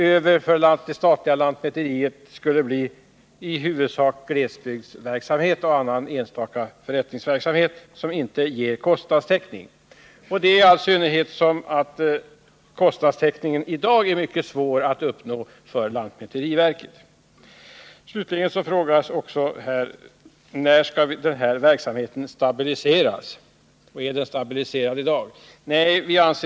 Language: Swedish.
Över för det statliga lantmäteriet skulle då i huvudsak bara bli viss glesbygdsverksamhet och enstaka förrättningar, som inte skulle kunna ge kostnadstäckning — i all synnerhet som det i dag är mycket svårt att uppnå kostnadstäckning för lantmäteriverket. Slutligen frågades om denna verksamhet i dag är stabiliserad och, om så inte är fallet, när den kommer att stabiliseras.